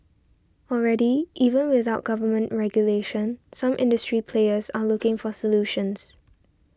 already even without government regulation some industry players are looking for solutions